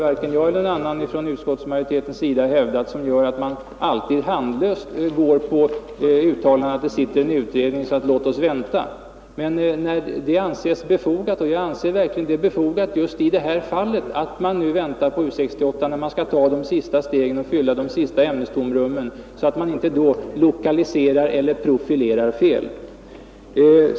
Varken jag eller någon annan från utskottsmajoritetens sida har hävdat att man alltid handlöst skulle gå på uttalandet att det sitter en utredning, låt oss vänta. Så säger vi dock när det anses befogat. Jag anser det i detta fall befogat att man väntar på U 68 när man skall ta de sista stegen och fylla de sista ämnestomrummen, så att man inte lokaliserar eller profilerar fel.